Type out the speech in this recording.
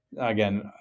again